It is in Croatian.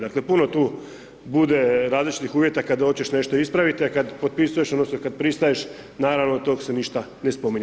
Dakle puno tu bude različitih uvjeta kad hoćeš nešto ispraviti a kad potpisuješ odnosno kad pristaješ, naravno od tog se ništa ne spominje.